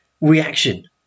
reaction